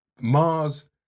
Mars